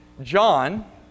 John